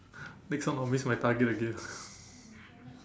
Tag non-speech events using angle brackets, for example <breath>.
next one I'll miss my target again <breath>